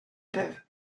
peuvent